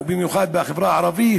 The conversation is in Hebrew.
ובמיוחד בחברה הערבית,